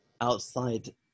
outside